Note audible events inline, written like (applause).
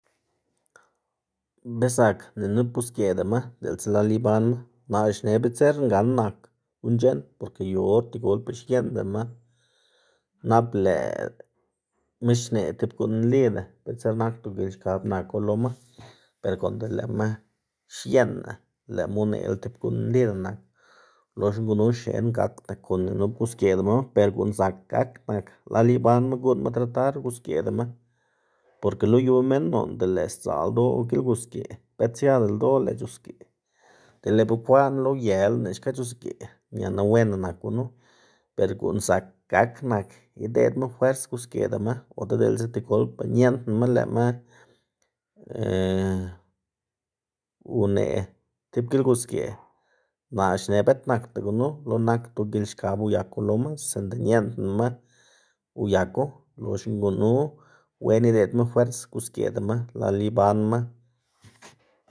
Be zak ni nup gusgeꞌdama di'ltsa lal ibanma. Naꞌ xneꞌ bitser ngan nak guꞌn c̲h̲eꞌn porke yu or tigolpa xieꞌndama nap lëꞌma xneꞌ tib guꞌn nlida, bitser nakdo gilxkab naku loma ber konde xieꞌnna lëꞌma uneꞌla tib guꞌn nlida nak, loxna gunu xnená gakda kon ni nup gusgeꞌdama. Ber guꞌn zak gak nak lal ibanma guꞌnnma tratar gusgeꞌdama porke lo yu minn noꞌnda lëꞌ sdzaꞌl ldoꞌ gilgusgeꞌ bëet siada ldoꞌ lëꞌ c̲h̲usgeꞌ dele bekwaꞌn lo uyelana xka c̲h̲usgeꞌ, ñana wenda nak gunu, ber guꞌn zak gak nak ideꞌdma fwers gusgeꞌdama ota diꞌltsa tigolpa ñeꞌndnma lëꞌma (hesitation) une' tib gilgusgeꞌ naꞌ xne bët nakda gunu lo nakdo gilxkab uyaku loma sinda ñeꞌndnama uyaku, loxna gunu wen ideꞌdma fwers gusgeꞌdama lal ibanma.